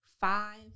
five